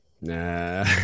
Nah